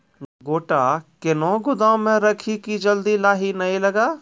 गोटा कैनो गोदाम मे रखी की जल्दी लाही नए लगा?